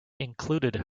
included